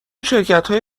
شرکتهای